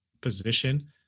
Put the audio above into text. position